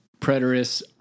preterists